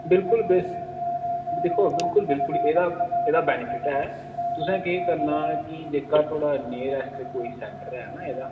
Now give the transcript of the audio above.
बिल्कुल दिक्खो बिलकुल बिल्कुल एह्दा बेनीफिट ऐ तुसें केह् करना जेह्का थुआढ़ा कोई नियरस्ट सेंटर ऐ ना एह्दा